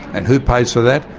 and who pays for that?